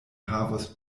havos